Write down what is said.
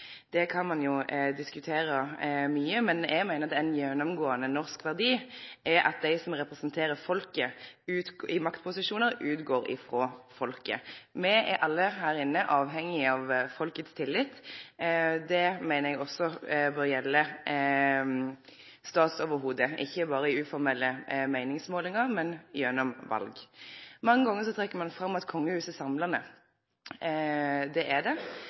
Det kan ein jo diskutere mykje, men eg meiner ein gjennomgåande norsk verdi er at dei som representerer folket i maktposisjonar, utgår frå folket. Me er alle her inne avhengige av folkets tillit. Det meiner eg også bør gjelde statsoverhovudet, ikkje berre i uformelle meiningsmålingar, men gjennom val. Mange gonger trekkjer ein fram at kongehuset er samlande. Det er det.